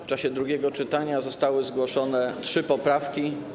W czasie drugiego czytania zostały zgłoszone trzy poprawki.